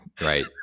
right